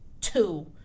two